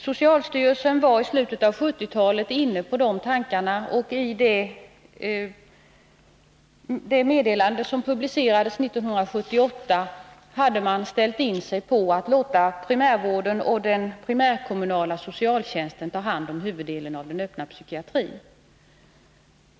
Socialstyrelsen var i slutet av 1970-talet inne på sådana tankar, och i det meddelande som publicerades 1978 hade man ställt in sig på att låta primärvården och den primärkommunala socialtjänsten ta hand om huvuddelen av den öppna psykiatrin.